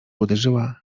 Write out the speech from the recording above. uderzyła